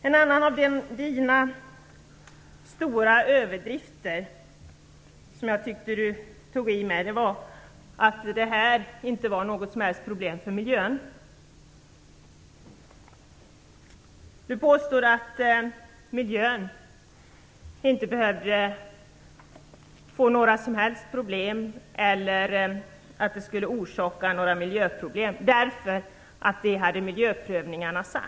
En annan stor överdrift - också här tycker jag alltså att Bo Nilsson tog i - är att detta inte är något som helst problem för miljön. Bo Nilsson påstår att miljön inte behöver få några som helst problem och att inga miljöproblem skulle förorsakas - det hade sagts i miljöprövningarna.